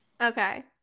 Okay